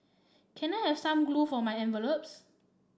can I have some glue for my envelopes